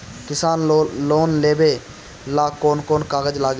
किसान लोन लेबे ला कौन कौन कागज लागि?